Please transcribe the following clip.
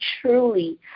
truly